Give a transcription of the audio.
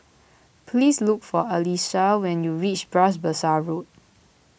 please look for Elisha when you reach Bras Basah Road